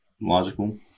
logical